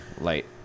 light